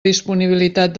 disponibilitat